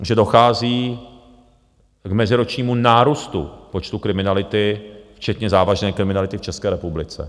Že dochází k meziročnímu nárůstu počtu kriminality včetně závažné kriminality v České republice.